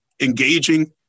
engaging